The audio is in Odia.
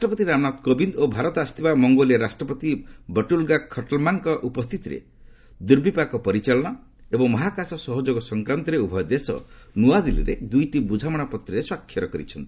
ରାଷ୍ଟ୍ରପତି ରାମନାଥ କୋବିନ୍ଦ ଓ ଭାରତ ଆସିଥିବା ମଙ୍ଗୋଲିଆ ରାଷ୍ଟ୍ରପତି ବଟୁଲ୍ଗା ଖଲ୍ଟମାଙ୍କ ଉପସ୍ଥିତିରେ ଦୁର୍ବିପାକ ପରିଚାଳନା ଏବଂ ମହାକାଶ ସହଯୋଗ ସଂକ୍ରାନ୍ତରେ ଉଭୟ ଦେଶ ଦୁଇଟି ବୁଝାମଣାପତ୍ରରେ ସ୍ୱାକ୍ଷ କରିଛନ୍ତି